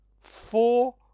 Four